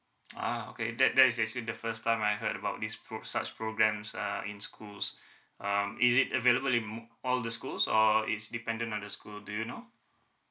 uh okay that that is actually the first time I heard about this pro~ such programs are in schools um is it available in m~ all the schools or it's dependent on the school do you know